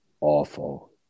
awful